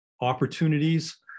opportunities